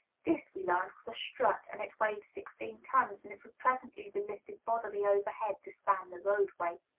this, we learned, was a strut, and it weighed sixteen tons, and it would presently be lifted bodily overhead to span the roadway.